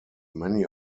many